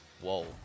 Whoa